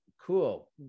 Cool